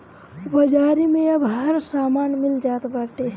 बाजारी में अब हर समान मिल जात बाटे